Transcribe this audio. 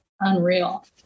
unreal